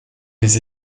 les